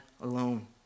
alone